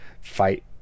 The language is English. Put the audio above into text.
fight